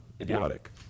idiotic